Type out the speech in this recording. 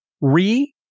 re